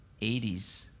80s